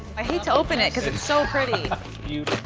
i hate to open it because it's so pretty.